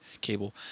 Cable